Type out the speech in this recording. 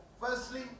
Firstly